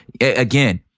Again